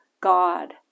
God